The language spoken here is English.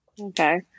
Okay